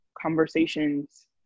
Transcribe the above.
conversations